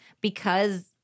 because-